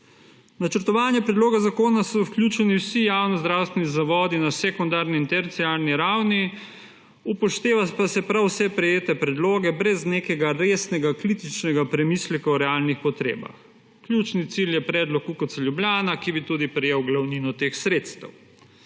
načrtovanje predloga zakona so vključeni vsi javni zdravstveni zavodi na sekundarni in terciarni ravni, upošteva pa se prav vse prejete predloge brez nekega resnega kritičnega premisleka o realnih potrebah. Ključni cilj je predlog UKC Ljubljana, ki bi tudi prejel glavnino teh sredstev.